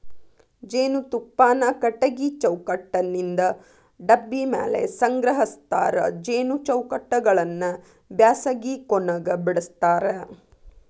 ಜೇನುತುಪ್ಪಾನ ಕಟಗಿ ಚೌಕಟ್ಟನಿಂತ ಡಬ್ಬಿ ಮ್ಯಾಲೆ ಸಂಗ್ರಹಸ್ತಾರ ಜೇನು ಚೌಕಟ್ಟಗಳನ್ನ ಬ್ಯಾಸಗಿ ಕೊನೆಗ ಬಿಡಸ್ತಾರ